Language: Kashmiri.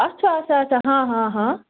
اَچھا اچھا اچھا ہاں ہاں ہاں